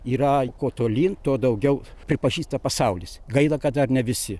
yra kuo tolyn tuo daugiau pripažįsta pasaulis gaila kad dar ne visi